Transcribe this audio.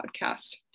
podcast